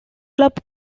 club